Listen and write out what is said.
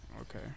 Okay